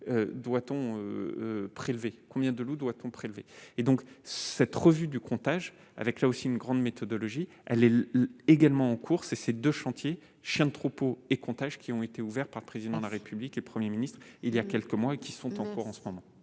doit-on prélever combien de loups, doit-on prélever et donc cette revue du comptage avec là aussi une grande méthodologie, elle est également en course, ces 2 chantiers, chiens de troupeaux et comptages qui ont été ouverts par le président de la République le 1er ministre il y a quelques mois et qui sont en cours en ce moment.